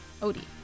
Odie